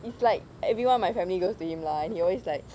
it's like everyone in my family goes to him lah and he always like